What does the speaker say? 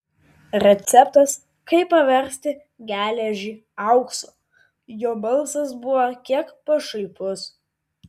receptas kaip paversti geležį auksu jo balsas buvo kiek pašaipus